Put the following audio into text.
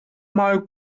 mal